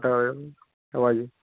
ଆଠ୍ଟା ବଜେ ହବା ଯେ